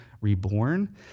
reborn